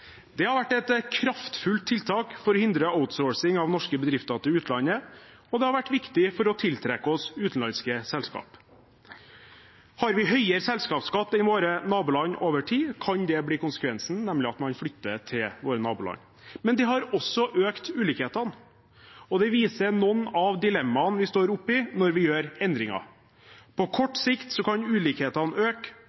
Det har vært et kraftfullt tiltak for å hindre outsourcing av norske bedrifter til utlandet, og det har vært viktig for å tiltrekke oss utenlandske selskaper. Har vi høyere selskapsskatt enn våre naboland over tid, kan konsekvensen bli at man flytter til våre naboland. Men det har også økt ulikhetene, og det viser noen av dilemmaene vi står oppe i når vi gjør endringer. På